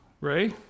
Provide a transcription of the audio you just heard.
Ray